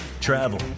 travel